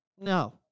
No